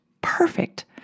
perfect